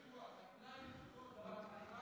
המחיר בפיקוח.